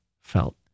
felt